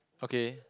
okay